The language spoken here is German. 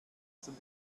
zum